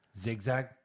zigzag